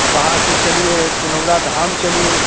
वहाँ से चलिए पुनौरा धाम चलिए